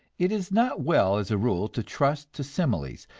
it is not well as a rule to trust to similes,